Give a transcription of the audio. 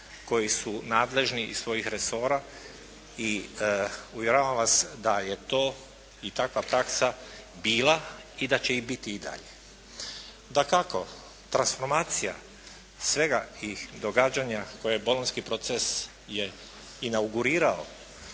koji su nadležni iz svojih resora i uvjeravam vas da je to i takva praksa i da će i biti i dalje. Dakako transformacija svega i događanja koje Bolonjski proces je inaugurirao